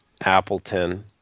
appleton